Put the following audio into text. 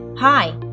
Hi